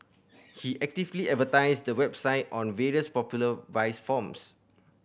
he actively advertised the website on various popular vice forums